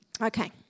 Okay